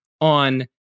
on